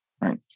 right